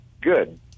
good